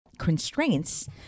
constraints